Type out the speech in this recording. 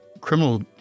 criminal